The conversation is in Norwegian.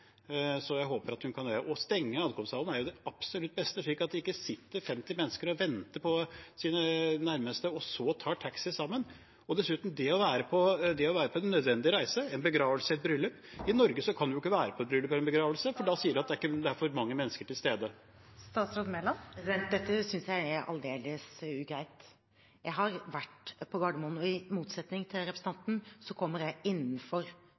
Så jeg håper hun kan … Å stenge ankomsthallen er det absolutt beste, slik at det ikke sitter 50 mennesker og venter på sine nærmeste og så tar taxi sammen. Det å være på en nødvendig reise, en begravelse, et bryllup – i Norge kan du ikke være i et bryllup eller i en begravelse. Da sier man at det er for mange mennesker til stede. Dette synes jeg er aldeles ugreit. Jeg har vært på Gardermoen, og i motsetning til representanten kommer jeg innenfor